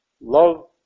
Love